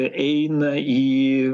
eina į